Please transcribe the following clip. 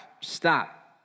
Stop